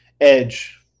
edge